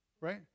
right